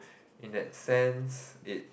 in that sense it